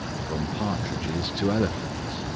from partridges to elephants,